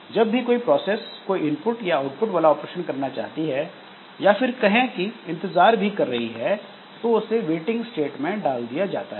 जब भी कोई प्रोसेस कोई इनपुट या आउटपुट वाला ऑपरेशन करना चाहती है या फिर कहें कि इंतजार भी कर रही है तो उसे वेटिंग स्टेट में डाल दिया जाता है